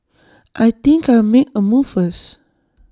I think I'll make A move first